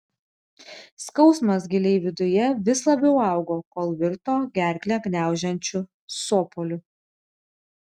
skausmas giliai viduje vis labiau augo kol virto gerklę gniaužiančiu sopuliu